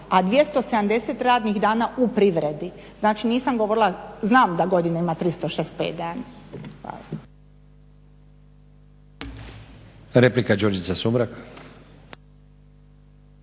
a 270 radnih dana u privredi. Znači, nisam govorila, znam da godina ima 365 dana. Hvala.